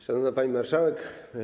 Szanowna Pani Marszałek!